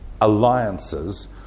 alliances